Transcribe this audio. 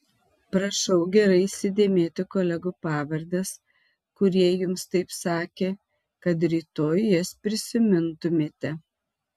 prašau gerai įsidėmėti kolegų pavardes kurie jums taip sakė kad rytoj jas prisimintumėte